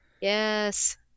yes